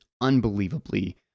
unbelievably